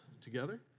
together